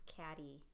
caddy